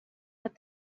what